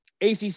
acc